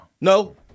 No